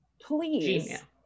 please